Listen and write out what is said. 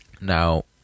Now